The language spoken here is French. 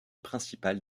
principale